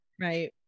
right